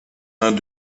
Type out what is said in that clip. uns